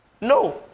no